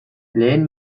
lehen